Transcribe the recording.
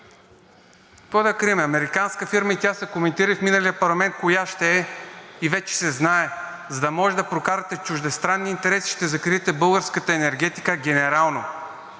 какво да крием, американска фирма, и тя се коментира и в миналия парламент коя ще е и вече се знае. За да може да прокарате чуждестранни интереси, ще закриете българската енергетиката генерално.